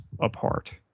apart